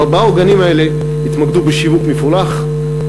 ארבעת העוגנים האלה התמקדו בשיווק מפולח,